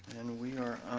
and we are